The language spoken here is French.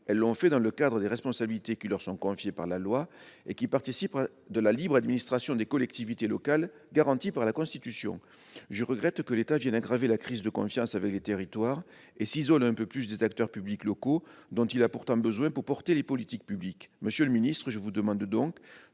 Elles l'ont fait dans le cadre des responsabilités qui leur sont confiées par la loi et qui participent de la libre administration des collectivités locales garantie par la Constitution. Je regrette que l'État vienne aggraver la crise de confiance avec les territoires et s'isole un peu plus des acteurs publics locaux, dont il a pourtant besoin pour porter les politiques publiques. Monsieur le ministre, je vous demande donc